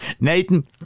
Nathan